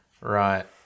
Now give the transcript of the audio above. Right